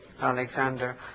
Alexander